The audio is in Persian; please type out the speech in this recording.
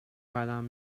بدم